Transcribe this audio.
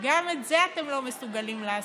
גם את זה אתם לא מסוגלים לעשות,